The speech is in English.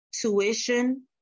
tuition